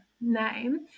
name